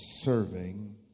serving